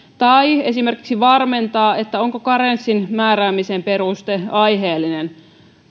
tai esimerkiksi varmentaa onko karenssin määräämisen peruste aiheellinen